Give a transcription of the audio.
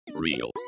Real